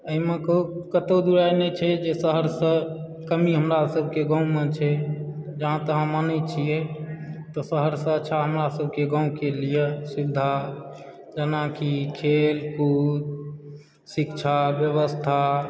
एहिमे कतहुँ दू राय नहि छै जे शहरसँ कमी हमरा सभकऽ तऽ गाँवमे छै जहाँ तक हम मानै छियै तऽ शहरसँ अच्छा हमरा सभकेँ गाँवके लिए सुविधा जेनाकि खेलकूद शिक्षा व्यवस्था